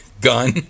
gun